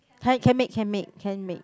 I can make can make can make